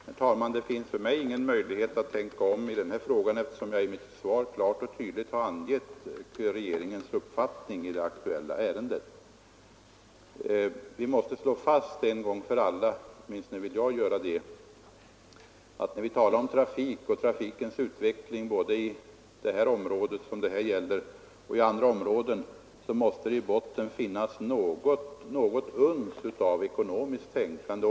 Herr talman! Det finns för mig ingen möjlighet att tänka om, eftersom jag i mitt svar klart och tydligt har angivit regeringens uppfattning i det aktuella ärendet. Vi måste slå fast en gång för alla — åtminstone vill jag göra det — att när vi talar om trafiken och dess utveckling både i det här området och i andra områden, så måste det i botten finnas också något uns av ekonomiskt tänkande.